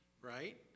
right